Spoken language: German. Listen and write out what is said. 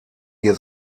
hier